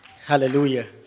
Hallelujah